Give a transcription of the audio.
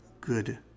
good